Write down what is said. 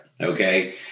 Okay